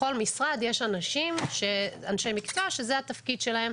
בכל משרד יש אנשים, אנשי מקצוע, שזה התפקיד שלהם.